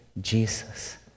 Jesus